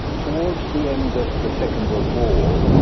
towards the end of the second world war,